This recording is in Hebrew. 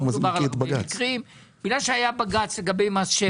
מדובר על הרבה מקרים בגלל שהיה בג"ץ לגבי מס שבח.